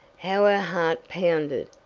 how her heart pounded!